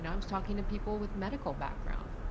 and i was talking to people with medical backgrounds